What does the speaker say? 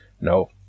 No